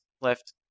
left